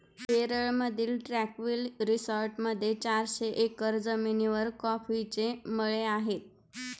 केरळमधील ट्रँक्विल रिसॉर्टमध्ये चारशे एकर जमिनीवर कॉफीचे मळे आहेत